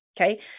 Okay